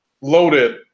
loaded